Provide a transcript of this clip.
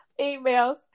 emails